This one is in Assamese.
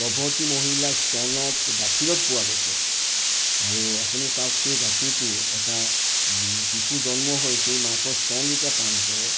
গৰ্ভৱতী মহিলাৰ স্তনত গাখীৰত পোৱা গৈছে আৰু আপুনি চাওঁক সেই গাখীৰটো এটা শিশু জন্ম হৈ সেই মাকৰ স্তন যেতিয়া পান কৰে